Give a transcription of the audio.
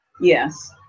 yes